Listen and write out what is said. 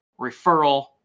referral